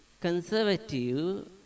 conservative